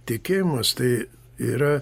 tikėjimas tai yra